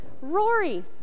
Rory